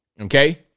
Okay